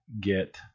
get